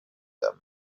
them